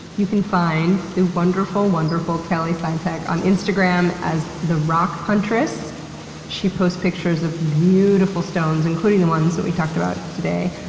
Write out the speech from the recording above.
you can find the wonderful, wonderful kelly sitek on instagram as at therockhuntress. she posts pictures of beaauuutiful stones, including the ones so we talked about today.